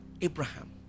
Abraham